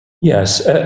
Yes